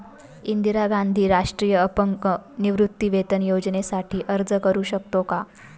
इंदिरा गांधी राष्ट्रीय अपंग निवृत्तीवेतन योजनेसाठी अर्ज करू शकतो का?